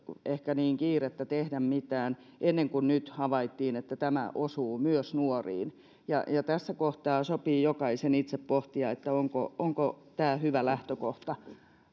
ehkä niin kiirettä tehdä mitään ennen kuin nyt havaittiin että tämä osuu myös nuoriin ja ja tässä kohtaa sopii jokaisen itse pohtia onko tämä hyvä lähtökohta